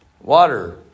water